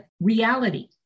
reality